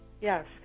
yes